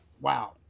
Wow